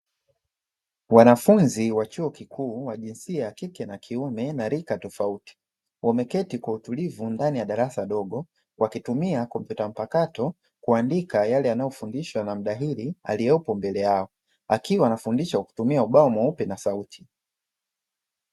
Wanafunzi wa chuo kikuu wa jinsia ya kike na kiume na rika tofauti, wameketi kwa utulivu ndani ya darasa dogo wakitumia kompyuta mpakato kuandika yale yanayofundishwa na mhadhiri aliyepo mbele yao, akiwa anafundisha kwa kutumia ubao mweupe na sauti.